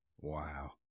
Wow